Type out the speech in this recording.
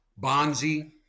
Bonzi